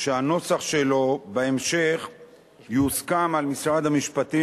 שהנוסח שלו בהמשך יוסכם עם משרד המשפטים